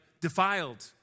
defiled